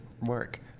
work